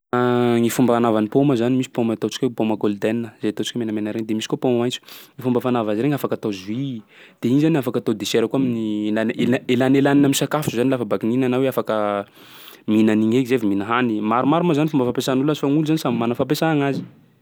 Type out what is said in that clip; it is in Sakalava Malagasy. Gny fomba anava paoma zany misy paoma ataontsika hoe paoma golden, zay ataontsika menamena regny; de misy koa paoma maitso. Fomba fanava azy regny afaka atao jus, de igny zany afaka atao dessert koa amin'ny na le- ela- elanelanina am'sakafo zany lafa baky nihina na hoe afaka mihina an'igny eky zay vaa mihina hany. Maromaro moa zany fomba fampiasan'olo azy fa gny olo samby mana fampiasagna azy.